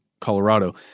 Colorado –